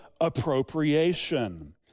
appropriation